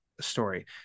story